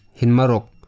hinmarok